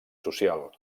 social